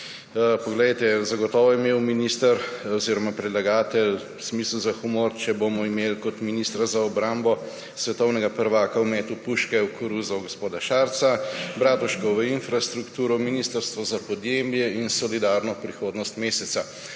komičnosti. Zagotovo je imel predlagatelj smisel za humor, če bomo imeli kot ministra za obrambo svetovnega prvaka v metu puške v koruzo gospoda Šarca, Bratuškovo infrastrukturo, ministrstvo za podnebje in solidarno prihodnost Mesca.